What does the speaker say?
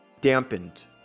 dampened